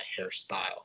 hairstyle